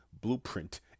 blueprint